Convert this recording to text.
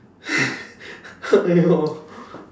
!aiyo!